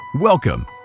Welcome